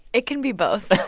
it can be both